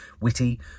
witty